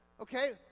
okay